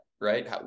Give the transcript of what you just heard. right